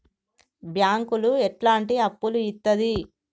బ్యాంకులు ఎట్లాంటి అప్పులు ఇత్తది?